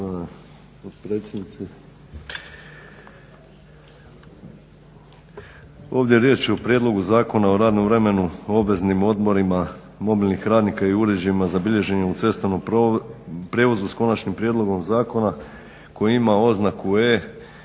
Ovdje je riječ o Prijedlogu Zakona o radnom vremenu, o obveznim odmorima, mobilnih radnika i uređajima za bilježenje u cestovnom prijevozu sa konačnim prijedlogom zakona koji ima oznaku E